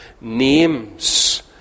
names